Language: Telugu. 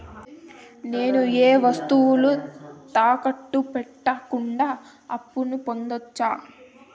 నేను ఏ వస్తువులు తాకట్టు పెట్టకుండా అప్పును పొందవచ్చా?